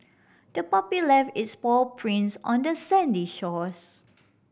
the puppy left its paw prints on the sandy shores